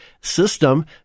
system